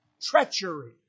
treachery